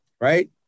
right